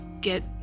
get